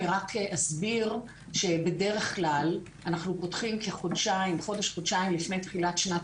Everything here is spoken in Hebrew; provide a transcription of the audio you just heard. אסביר שבדרך כלל אנחנו פותחים כחודש-חודשיים לפני תחילת שנת